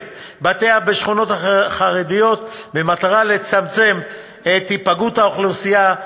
בתי-אב בשכונות החרדיות במטרה לצמצם את היפגעות האוכלוסייה,